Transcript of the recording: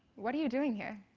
what are you doing here?